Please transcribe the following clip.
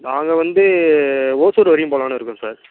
நாங்கள் வந்து ஓசூர் வரைக்கும் போகலான்னு இருக்கோம் சார்